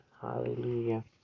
Hallelujah